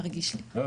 את